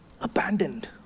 abandoned